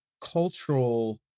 cultural